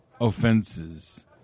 offenses